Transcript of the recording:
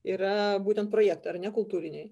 yra būtent projektai ar ne kultūriniai